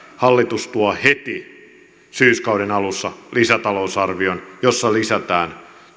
hallitus tuo heti syyskauden alussa lisätalousarvion jossa lisätään